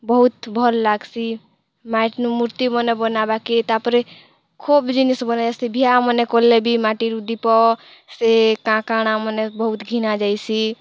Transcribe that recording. ବହୁତ୍ ଭଲ୍ ଲାଗସି ମାଏଟ୍ ନୁ ମୂର୍ତ୍ତିମାନେ ବନାବାକେ ତା'ପରେ ଖୋବ୍ ଜିନିଷ ବନାହେସି ବିହା ମାନେ କଲେ ବି ମାଟିରୁ ଦୀପ ସେ କା'ଣା କା'ଣା ମନେ ବହୁତ୍ ଘିନା ଯାଏସି